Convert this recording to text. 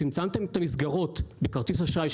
צמצמתם את המסגרות לכרטיס אשראי,